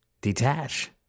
detach